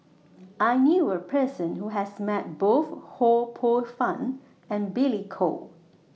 I knew A Person Who has Met Both Ho Poh Fun and Billy Koh